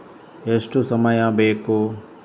ಎಷ್ಟು ಸಮಯ ಬೇಕು?